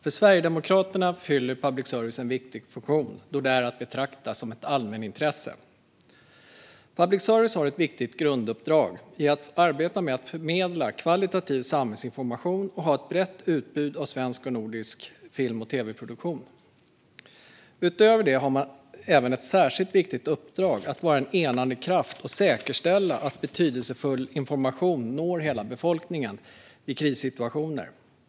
För Sverigedemokraterna fyller public service en viktig funktion då den är att betrakta som ett allmänintresse. Public service har ett viktigt grunduppdrag i att arbeta med att förmedla kvalitativ samhällsinformation och ha ett brett utbud av svensk och nordisk film och tv-produktion. Utöver det har man även ett särskilt viktigt uppdrag att vara en enande kraft och säkerställa att betydelsefull information når hela befolkningen vid krissituationer.